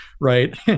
right